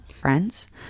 friends